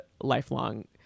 lifelong